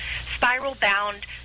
spiral-bound